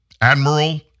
Admiral